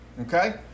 Okay